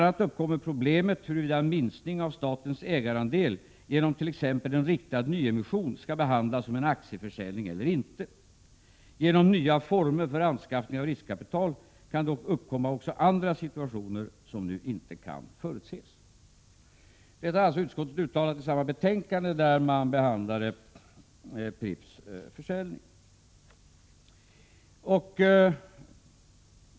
a. uppkommer problemet huruvida en minskning av statens ägarandel genom t.ex. en riktad nyemission skall behandlas som en aktieförsäljning eller inte. Genom nya former för anskaffning av riskkapital kan det uppkomma också andra situationer som nu inte kan förutses.” Detta har alltså näringsutskottet uttalat i samma betänkande som behandlade försäljningen av Pripps.